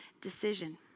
decision